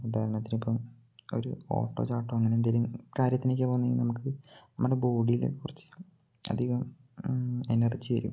ഉദ്ദാഹരണത്തിന് ഇപ്പം ഒരു ഓട്ടമോ ചാട്ടമോ അങ്ങനെ എന്തെങ്കിലും കാര്യത്തിനൊക്ക പോകുന്നെങ്കിൽ നമുക്ക് നമ്മുടെ ബോഡിയിൽ കുറച്ചു അധികം എനർജി വരും